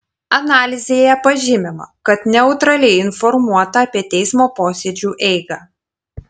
analizėje pažymima kad neutraliai informuota apie teismo posėdžių eigą